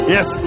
Yes